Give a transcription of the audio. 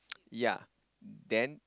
yea then